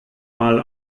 mal